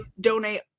donate